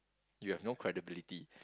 you have no credibility